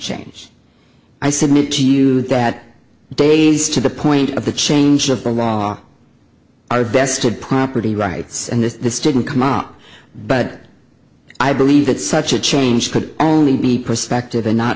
change i submit to you that days to the point of the change of the law are best to property rights and the student come out but i believe that such a change could only be perspective and not